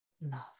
love